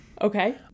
Okay